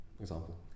example